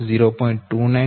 294 0